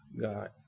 God